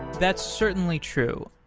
that's certainly true.